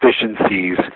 efficiencies